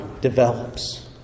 develops